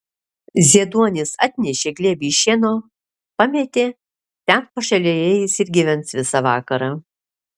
zieduonis atnešė glėbį šieno pametė ten pašalėje jis ir gyvens visą vakarą